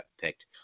picked